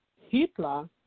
Hitler